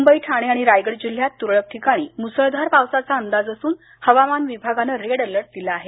मुंबई ठाणे आणि रायगड जिल्ह्यात तुरळक ठिकाणी मुसळधार पावसाचा अंदाज असून हवामान विभागाने रेड अलर्ट दिला आहे